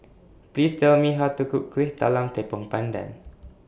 Please Tell Me How to Cook Kuih Talam Tepong Pandan